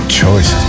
choice